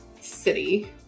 city